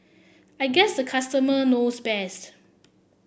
I guess the customer knows best